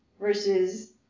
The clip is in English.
versus